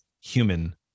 human